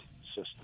system